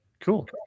Cool